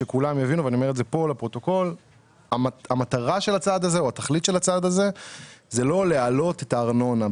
כדי שכולם יבינו: התכלית של הצעד הזה היא לא להעלות את הארנונה.